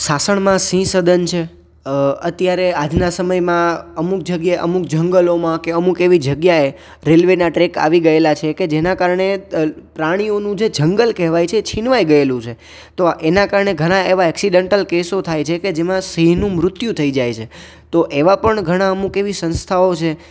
સાસણમાં સિંહ સદન છે અત્યારે આજના સમયમાં અમુક જગ્યા અમુક જંગલોમાં કે અમુક એવી જગ્યાએ રેલવેના ટ્રેક આવી ગયેલા છે કે જેના કારણે પ્રાણીઓનું જે જંગલ કહેવાય છે છિનવાઈ ગયેલું છે તો એના કારણે ઘણા એવા એક્સિડેન્ટલ કેસો થાય છે કે જેમાં સિંહનું મૃત્યુ થઈ જાય છે તો એવા પણ ઘણા એવા અમુક એવી સંસ્થાઓ છે